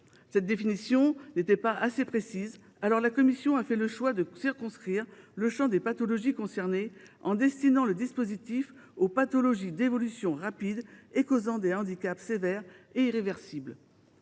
Cette formulation n’étant pas assez précise, la commission a fait le choix de circonscrire le champ des pathologies concernées en destinant le dispositif aux « pathologies d’évolution rapide et causant des handicaps sévères et irréversibles